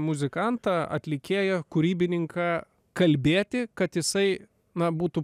muzikantą atlikėją kūrybininką kalbėti kad jisai na būtų